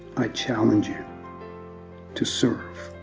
i challenge you to serve